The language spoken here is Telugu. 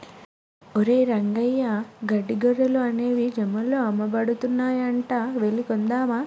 ఒరేయ్ రంగయ్య గడ్డి గొర్రెలు అనేవి జమ్ముల్లో అమ్మబడుతున్నాయంట వెళ్లి కొందామా